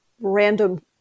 random